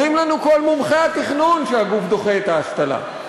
אומרים לנו כל גופי התכנון שהגוף דוחה את ההשתלה.